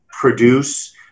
produce